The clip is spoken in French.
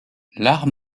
l’art